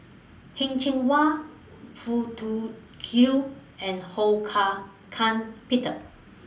Heng Cheng Hwa Foo Tui Liew and Ho Hak Ean Peter